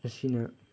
ꯑꯁꯤꯅ